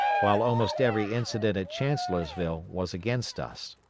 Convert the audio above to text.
while almost every incident at chancellorsville was against us.